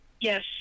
Yes